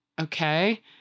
okay